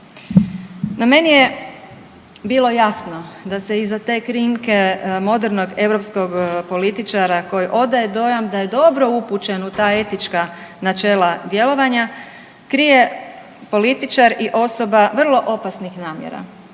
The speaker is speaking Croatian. No meni je bilo jasno da se iza te krinke modernog europskog političara koji odaje dojam da je dobro upućen u ta etička načela djelovanje krije političar i osoba vrlo opasnih namjera.